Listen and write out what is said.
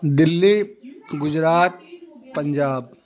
Delhi Gujarat Punjab